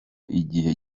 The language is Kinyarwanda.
igihe